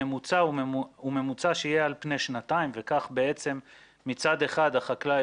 הממוצע יהיה על פעי שנתיים וכך מצד אחד החקלאי